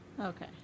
Okay